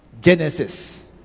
Genesis